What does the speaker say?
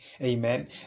Amen